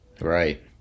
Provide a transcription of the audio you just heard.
Right